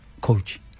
coach